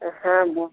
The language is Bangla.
হ্যাঁ বল